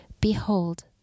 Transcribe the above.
behold